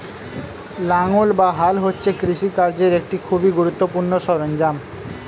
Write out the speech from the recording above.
লাঙ্গল বা হাল হচ্ছে কৃষিকার্যের একটি খুবই গুরুত্বপূর্ণ সরঞ্জাম